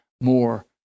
more